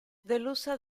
delusa